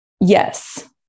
Yes